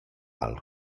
ha’l